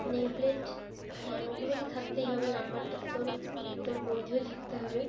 nameplate হ্যাঁ ওগুলো তো থাকতেই হবে নাম্বারটা তো তোর একদম বৈধই থাকতে হবে